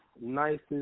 nicest